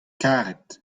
karet